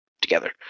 together